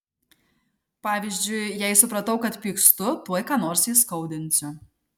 pavyzdžiui jei supratau kad pykstu tuoj ką nors įskaudinsiu